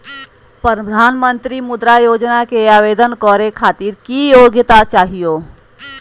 प्रधानमंत्री मुद्रा योजना के आवेदन करै खातिर की योग्यता चाहियो?